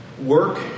work